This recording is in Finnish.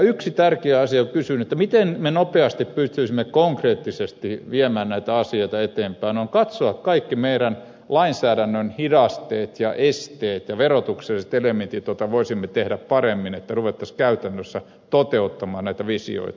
yksi tärkeä asia kun kysyin miten me nopeasti pystyisimme konkreettisesti viemään näitä asioita eteenpäin on katsoa kaikki meidän lainsäädännön hidasteet ja esteet ja verotukselliset elementit joita voisimme tehdä paremmin että ruvettaisiin käytännössä toteuttamaan näitä visioita